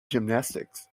gymnastics